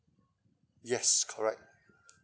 yes correct